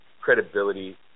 credibility